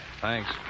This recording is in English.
Thanks